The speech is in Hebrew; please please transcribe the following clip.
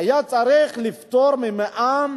היה צריך לפטור ממע"מ